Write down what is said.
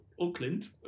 Auckland